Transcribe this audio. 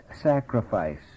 sacrifice